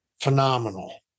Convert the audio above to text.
phenomenal